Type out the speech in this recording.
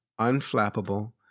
unflappable